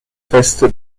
feste